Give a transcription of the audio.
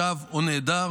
שב או נעדר,